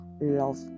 love